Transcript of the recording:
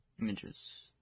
Images